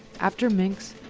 after minks,